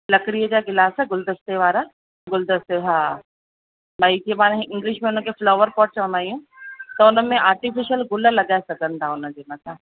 लकड़ी जा गिलास गुलदस्ते वारा गुलदस्ते जो हा भई जीअं पाण खे इंग्लिश में हुनखे फ़्लॉवर पोट चवंदा आहियूं त हुन में आर्टीफ़िशल गुल लॻाए सघनि था हुनजे मथां